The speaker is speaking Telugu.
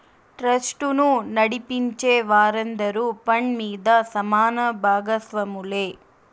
ట్రస్టును నడిపించే వారందరూ ఫండ్ మీద సమాన బాగస్వాములే